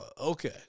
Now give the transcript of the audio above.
Okay